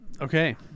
Okay